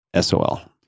SOL